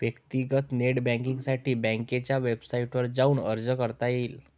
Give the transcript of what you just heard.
व्यक्तीगत नेट बँकींगसाठी बँकेच्या वेबसाईटवर जाऊन अर्ज करता येईल